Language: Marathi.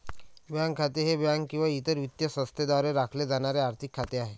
बँक खाते हे बँक किंवा इतर वित्तीय संस्थेद्वारे राखले जाणारे आर्थिक खाते आहे